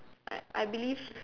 I I believe